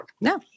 No